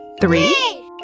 Three